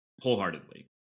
wholeheartedly